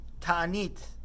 Ta'anit